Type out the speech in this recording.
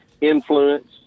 influence